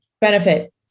Benefit